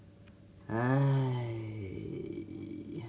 !hais!